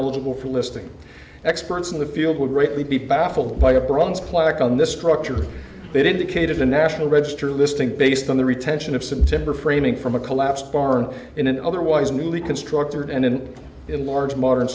eligible for listing experts in the field would greatly be baffled by a bronze plaque on this structure that indicated a national register listing based on the retention of some timber framing from a collapsed barn in an otherwise newly constructed and an enlarged modern